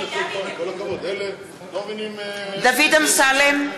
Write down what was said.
דוד אמסלם,